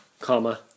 comma